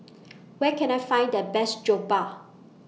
Where Can I Find The Best Jokbal